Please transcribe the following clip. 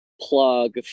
plug